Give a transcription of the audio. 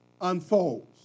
unfolds